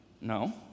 No